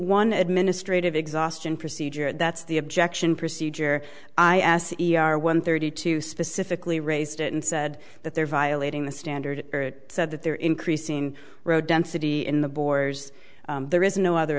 one administrative exhaustion procedure that's the objection procedure i asked e r one thirty two specifically raised it and said that they're violating the standard said that they're increasing road density in the bores there is no other